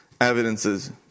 evidences